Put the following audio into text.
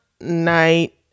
night